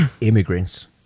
Immigrants